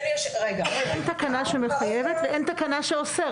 אין תקנה שמחייבת ואין תקנה שאוסרת.